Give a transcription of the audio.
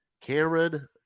Karen